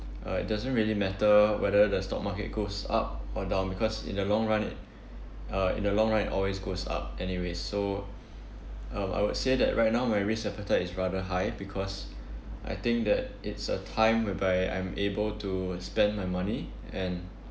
uh it doesn't really matter whether the stock market goes up or down because in the long run it uh in the long run it always goes up anyway so um I would say that right now my risk appetite is rather high because I think that it's a time whereby I'm able to spend my money and